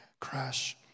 crash